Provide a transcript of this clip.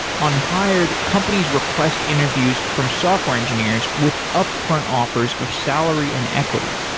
on hired, companies request interviews from software engineers with upfront offers of salary and equity,